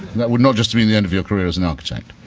that would not just be the end of your career as an architect,